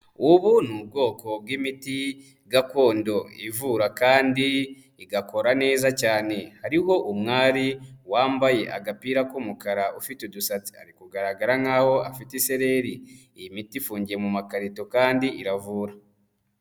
Ubu ni ubwoko bw'imiti gakondo ivura kandi igakora neza cyane, hariho umwari wambaye agapira k'umukara ufite udusatsi ari kugaragara nkaho afite isereri, iyi miti ifungiye mu makarito kandi iravura.